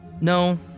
No